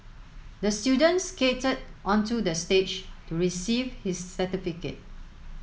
the students skated onto the stage to receive his certificate